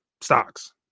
stocks